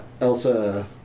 Elsa